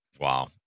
Wow